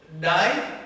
die